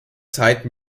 zeit